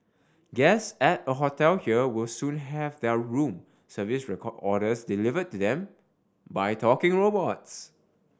guests at a hotel here will soon have their room service recall orders deliver to them by talking robots